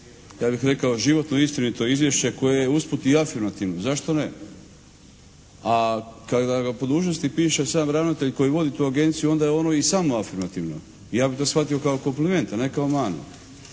ja bih rekao životno istinito izvješće koje je usput i afirmativno, zašto ne. A kada ga po dužnosti piše sam ravnatelj koji vodi tu agenciju onda je ono i samo afirmativno. I ja bih to shvatio kao kompliment a ne kao manu.